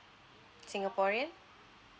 singaporean